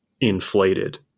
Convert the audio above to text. inflated